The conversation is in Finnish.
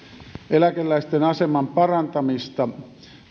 eläkeläisten aseman parantamista